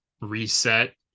reset